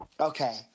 Okay